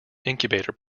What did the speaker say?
incubator